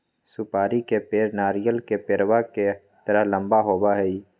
सुपारी के पेड़ नारियल के पेड़वा के तरह लंबा होबा हई